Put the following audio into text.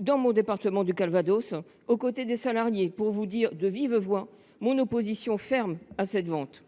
dans le département du Calvados, dont je suis élue, aux côtés des salariés pour vous dire de vive voix mon opposition ferme à cette vente.